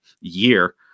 year